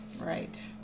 Right